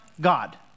God